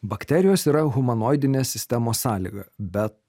bakterijos yra humanoidinės sistemos sąlyga bet